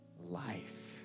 life